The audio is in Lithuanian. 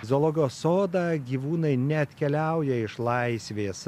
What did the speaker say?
zoologijos sodą gyvūnai neatkeliauja iš laisvės